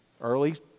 Early